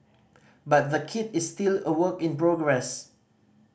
but the kit is still a work in progress